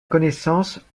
connaissance